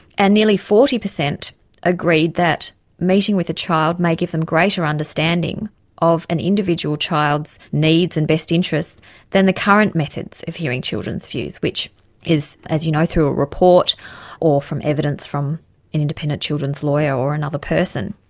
and nearly forty per cent agreed that meeting with a child may give them greater understanding of an individual child's needs and best interests than the current methods of hearing children's views, which is, as you know, through a report or from evidence from an independent children's lawyer or another person.